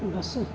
बस